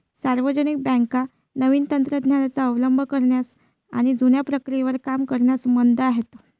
सार्वजनिक बँका नवीन तंत्र ज्ञानाचा अवलंब करण्यास आणि जुन्या प्रक्रियेवर काम करण्यास मंद आहेत